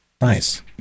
nice